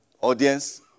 audience